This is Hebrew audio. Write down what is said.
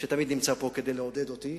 שתמיד נמצא פה כדי לעודד אותי,